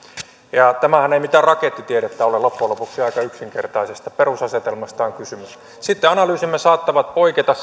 ja tämähän ei mitään rakettitiedettä ole loppujen lopuksi aika yksinkertaisesta perusasetelmasta on kysymys sitten analyysimme saattavat poiketa